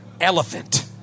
elephant